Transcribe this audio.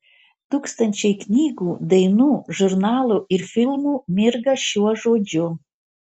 tūkstančiai knygų dainų žurnalų ir filmų mirga šiuo žodžiu